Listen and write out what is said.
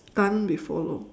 can't be follow